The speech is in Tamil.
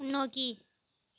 முன்னோக்கி